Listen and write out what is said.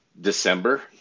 December